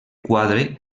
quadre